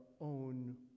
own